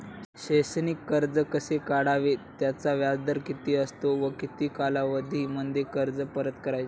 शैक्षणिक कर्ज कसे काढावे? त्याचा व्याजदर किती असतो व किती कालावधीमध्ये कर्ज परत करायचे?